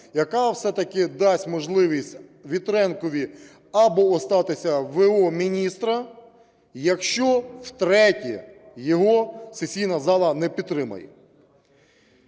яка все-таки дасть можливість Вітренку або остатися в.о. міністра, якщо втретє його сесійна зала не підтримає.